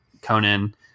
Conan